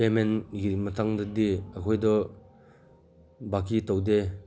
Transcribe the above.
ꯄꯦꯃꯦꯟꯒꯤ ꯃꯇꯝꯗꯗꯤ ꯑꯩꯈꯣꯏꯗꯣ ꯚꯥꯀꯤ ꯇꯧꯗꯦ